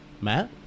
Matt